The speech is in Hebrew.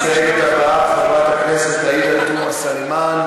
המסתייגת הבאה, חברת הכנסת עאידה תומא סלימאן.